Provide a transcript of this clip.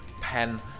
pen